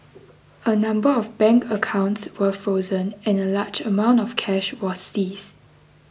a number of bank accounts were frozen and a large amount of cash was seized